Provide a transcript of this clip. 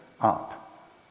up